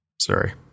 Sorry